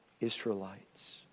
Israelites